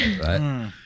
right